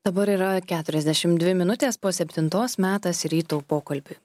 dabar yra keturiasdešimt dvi minutės po septintos metas ryto pokalbiui